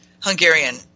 Hungarian